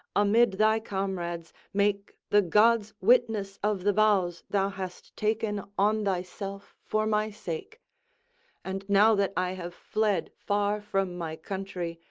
amid thy comrades make the gods witness of the vows thou hast taken on thyself for my sake and now that i have fled far from my country,